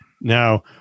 Now